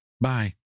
Bye